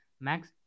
Max